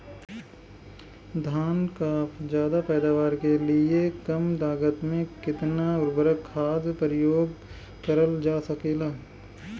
धान क ज्यादा पैदावार के लिए कम लागत में कितना उर्वरक खाद प्रयोग करल जा सकेला?